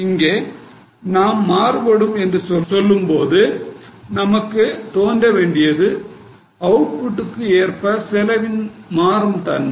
இங்கே நாம் மாறுபடும் என்று சொல்லும்போது நமக்கு தோன்ற வேண்டியது அவுட் புட்டுக்கு ஏற்ப செலவின் மாறும் தன்மை